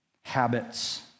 habits